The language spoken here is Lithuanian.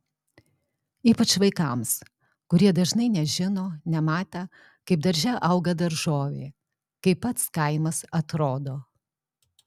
ypač vaikams kurie dažnai nežino nematę kaip darže auga daržovė kaip pats kaimas atrodo